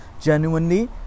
genuinely